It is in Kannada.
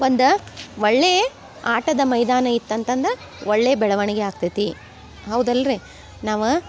ಒಂದು ಒಳ್ಳೆಯ ಆಟದ ಮೈದಾನ ಇತ್ತು ಅಂತಂದ್ರೆ ಒಳ್ಳೆಯ ಬೆಳವಣಿಗೆ ಆಗ್ತೈತಿ ಹೌದಲ್ವ ರೀ ನಾವೇ